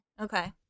Okay